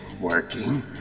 working